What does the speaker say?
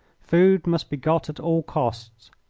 food must be got at all costs.